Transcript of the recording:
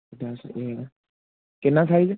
ਦੱਸਦੇ ਹਾਂ ਕਿੰਨਾ ਸਾਈਜ਼